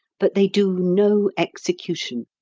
but they do no execution.